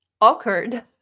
occurred